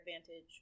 advantage